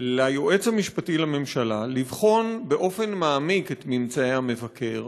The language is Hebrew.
היועץ המשפטי לממשלה לבחון באופן מעמיק את ממצאי המבקר